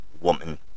woman